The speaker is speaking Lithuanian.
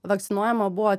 vakcinuojama buvo